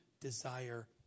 desire